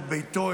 את ביתו,